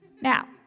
Now